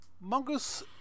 Mongoose